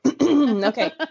Okay